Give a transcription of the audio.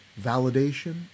validation